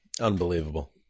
Unbelievable